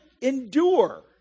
endure